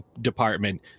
department